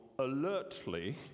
Alertly